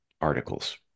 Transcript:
articles